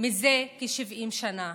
מזה כ-70 שנה.